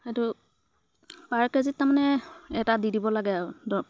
সেইটো পাৰ কেজিত তাৰমানে এটা দি দিব লাগে আৰু দৰৱ